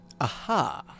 Aha